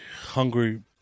hungry